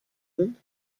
sind